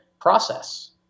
process